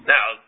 Now